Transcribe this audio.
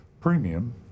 premium